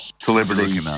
celebrity